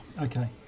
Okay